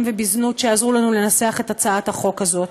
ובזנות שעזרו לנו לנסח את הצעת החוק הזאת.